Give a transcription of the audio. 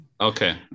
Okay